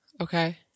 Okay